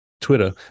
Twitter